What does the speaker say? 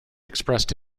expressed